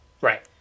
Right